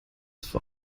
vor